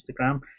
Instagram